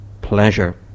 pleasure